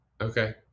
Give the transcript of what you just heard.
Okay